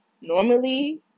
normally